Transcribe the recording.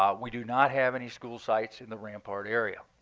um we do not have any school sites in the rampart area.